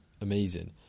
amazing